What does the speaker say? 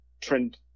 trend